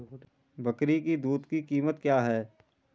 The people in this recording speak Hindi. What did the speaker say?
बकरी की दूध की कीमत क्या है?